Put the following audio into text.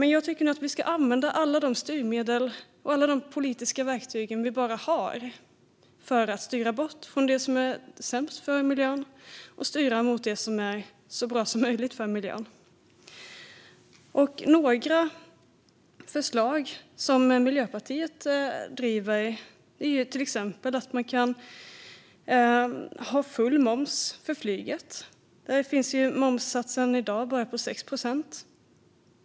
Men nu tycker jag att vi ska använda alla styrmedel och alla politiska verktyg vi har för att styra bort från det som är sämst för miljön och styra mot det som är så bra som möjligt för miljön. Ett förslag som Miljöpartiet driver är att ha full moms för flyget. Där är momssatsen i dag bara 6 procent.